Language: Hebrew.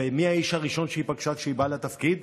ומי האיש הראשון שהיא פגשה כשהיא באה לתפקיד?